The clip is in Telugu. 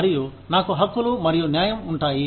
మరియు నాకు హక్కులు మరియు న్యాయం ఉంటాయి